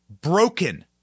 broken